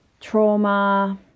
trauma